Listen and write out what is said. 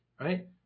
Right